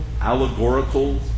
allegorical